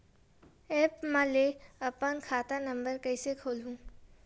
App म ले अपन खाता नम्बर कइसे खोलहु?